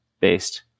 based